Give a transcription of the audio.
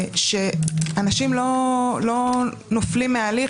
שאנשים לא נופלים מההליך.